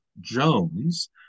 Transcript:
jones